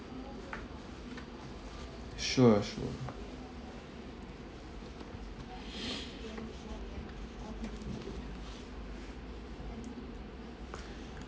sure sure